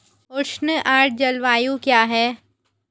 उष्ण आर्द्र जलवायु क्या है?